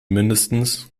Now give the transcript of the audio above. mind